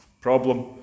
problem